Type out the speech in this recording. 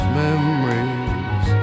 memories